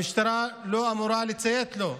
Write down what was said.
המשטרה לא אמורה לציית לו.